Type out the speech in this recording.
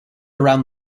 around